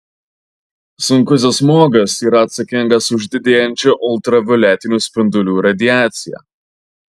sunkusis smogas yra atsakingas už didėjančią ultravioletinių spindulių radiaciją